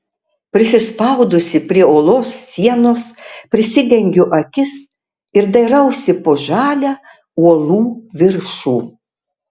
prisispaudusi prie uolos sienos prisidengiu akis ir dairausi po žalią uolų viršų